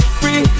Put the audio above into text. free